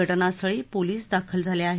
घटनास्थळी पोलीस दाखल झाले आहेत